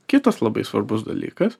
kitas labai svarbus dalykas